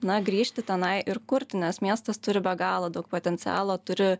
na grįžti tenai ir kurti nes miestas turi be galo daug potencialo turi